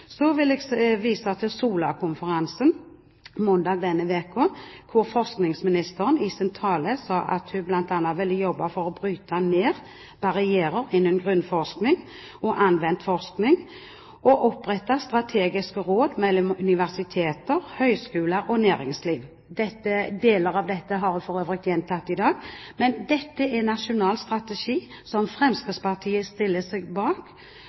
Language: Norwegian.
Så vil jeg vise til Solakonferansen mandag denne uken, hvor forskningsministeren i sin tale sa at hun bl.a. ville jobbe for å bryte ned barrierer innen grunnforskning og anvendt forskning, og opprette strategiske råd mellom universiteter, høyskoler og næringsliv. Deler av dette har for øvrig vært gjentatt i dag. Dette er en nasjonal strategi som Fremskrittspartiet stiller seg bak